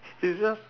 he's just